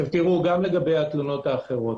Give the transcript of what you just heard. גם לגבי התלונות האחרות,